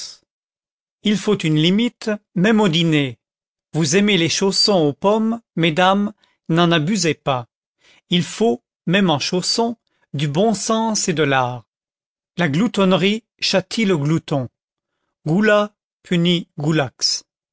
il faut une limite même aux dîners vous aimez les chaussons aux pommes mesdames n'en abusez pas il faut même en chaussons du bon sens et de l'art la gloutonnerie châtie le glouton gula punit gulax